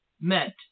meant